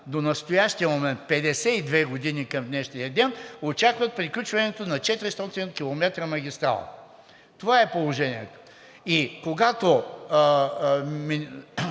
до настоящия момент – 52 години към днешния ден, очакват приключването на 400 км магистрала. Това е положението. Когато